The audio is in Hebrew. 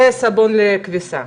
זה ריח לכביסה.